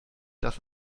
dass